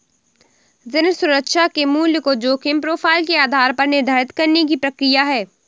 ऋण सुरक्षा के मूल्य को जोखिम प्रोफ़ाइल के आधार पर निर्धारित करने की प्रक्रिया है